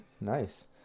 Nice